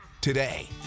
today